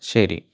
ശരി